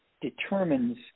determines